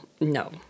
No